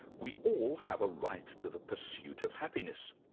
we all have a right to the pursuit of happiness.